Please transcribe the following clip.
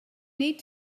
need